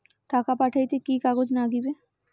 টাকা পাঠাইতে কি কাগজ নাগীবে?